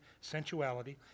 sensuality